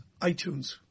iTunes